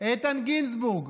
איתן גינזבורג,